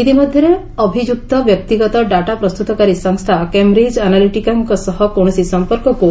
ଇତିମଧ୍ୟରେ ଅଭିଯୁକ୍ତ ବ୍ୟକ୍ତିଗତ ଡାଟା ପ୍ରସ୍ତୁତକାରୀ ସଂସ୍ଥା କେମ୍ବ୍ରିଜ୍ ଅନାଲିଟିକାଙ୍କ ସହ କୌଣସି ସମ୍ପର୍କକୁ